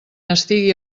estigui